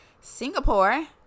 Singapore